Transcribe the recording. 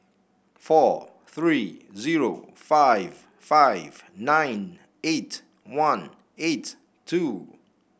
four three zero five five nine eight one eight two